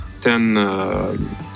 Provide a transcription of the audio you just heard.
ten